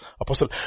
Apostle